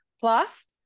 Plus